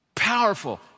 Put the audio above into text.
powerful